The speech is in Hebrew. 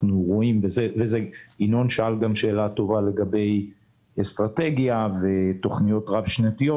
ינון שאל שאלה טובה לגבי אסטרטגיה ותוכניות רב-שנתיות.